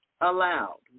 Allowed